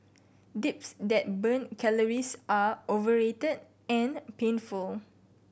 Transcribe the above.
dips that burn calories are overrated and painful